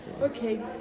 Okay